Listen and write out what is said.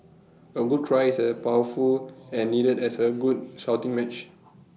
A good cry is as powerful and needed as A good shouting match